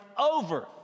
over